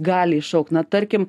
gali iššaukt na tarkim